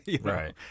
Right